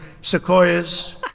sequoias